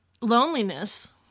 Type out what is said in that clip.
Loneliness